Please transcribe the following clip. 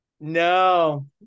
No